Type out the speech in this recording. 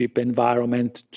environment